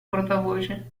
portavoce